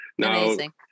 Amazing